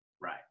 Right